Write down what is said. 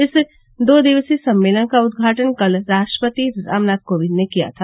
इस दो दिवसीय सम्मेलन का उदघाटन कल राष्ट्रपति रामनाथ कोविंद ने किया था